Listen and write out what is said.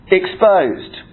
exposed